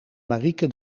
marieke